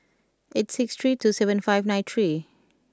eight six three two seven five nine three